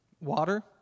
Water